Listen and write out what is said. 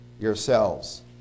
yourselves